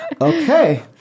Okay